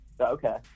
Okay